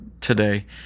today